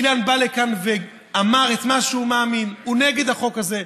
אילן בא לכאן ואמר את מה שהוא מאמין: הוא נגד החוק הזה,